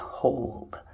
hold